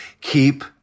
keep